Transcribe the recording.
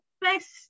best